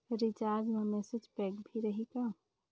Recharge मा message pack भी रही का?